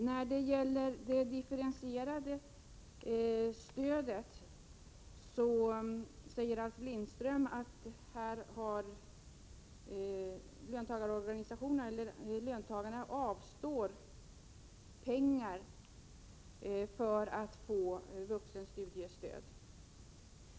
När det gäller det differentierade stödet säger Ralf Lindström att löntagarna avstår pengar för att få vuxenstudiestöd.